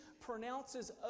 pronounces